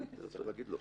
אם הוא נחשב כנפש.